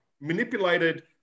manipulated